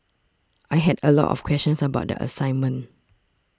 I had a lot of questions about the assignment